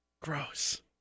Gross